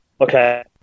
Okay